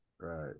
Right